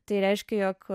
tai reiškia jog